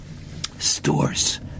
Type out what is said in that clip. stores